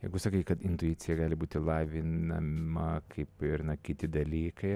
jeigu sakai kad intuicija gali būti lavinama kaip ir na kiti dalykai